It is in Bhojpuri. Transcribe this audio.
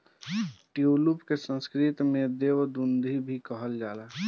ट्यूलिप के संस्कृत में देव दुन्दुभी कहल जाला